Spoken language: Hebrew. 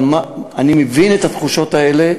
אבל אני מבין את התחושות האלה,